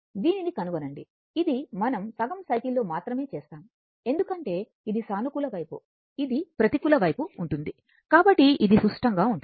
దీనిని కనుగొనండి ఇది మనం సగం సైకిల్లో మాత్రమే చేస్తాము ఎందుకంటే ఇది సానుకూల వైపు ఇది ప్రతికూల వైపు ఉంటుంది కాబట్టి ఇది సుష్టంగా ఉంటుంది